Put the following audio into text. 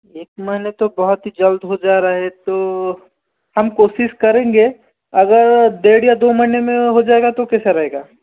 एक महीना तो बहउत ही जल्द हो जा रहा है तो हम कोशिश करेंगे अगर डेढ़ या दो महीने में हो जाएगा तो कैसा रहेगा